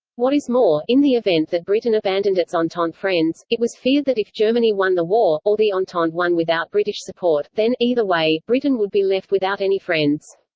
what is more, in the event that britain abandoned its entente friends, it was feared that if germany won the war, or the entente won without british support, then, either way, britain would be left without any friends.